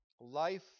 life